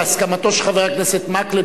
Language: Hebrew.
בהסכמתו של חבר הכנסת מקלב,